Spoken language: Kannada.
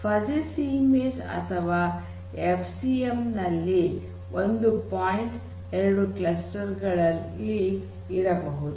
ಫಜಿ ಸಿ ಮೀನ್ಸ್ ಅಥವಾ ಎಫ್ ಸಿ ಎಂ ನಲ್ಲಿ ಒಂದು ಪಾಯಿಂಟ್ ಎರಡು ಕ್ಲಸ್ಟರ್ ಗಳಲ್ಲಿ ಇರಬಹುದು